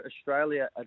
Australia